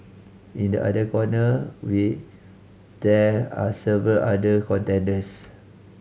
in the other corner we there are several other contenders